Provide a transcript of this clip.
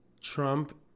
Trump